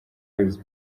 yakoze